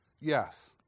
yes